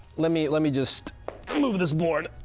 let me, let me just move this board,